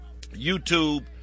YouTube